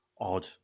odd